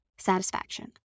satisfaction